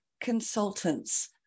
consultants